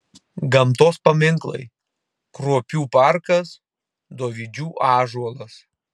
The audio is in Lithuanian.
gamtos paminklai kruopių parkas dovydžių ąžuolas